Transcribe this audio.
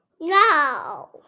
No